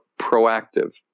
proactive